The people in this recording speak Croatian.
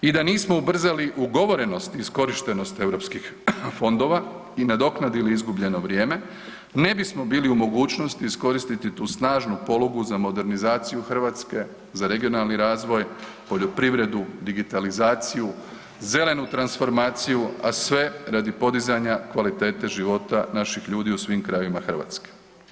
I da nismo ubrzali ugovorenost iskorištenog europskih fondova i nadoknadili izgubljeno vrijeme, ne bismo bili u mogućnosti iskoristiti tu snažnu polugu za modernizaciju Hrvatske, za regionalni razvoj, poljoprivredu, digitalizaciju, zelenu transformaciju, a sve radi podizanja kvalitete života naših ljudi u svim krajevima Hrvatske.